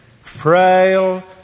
frail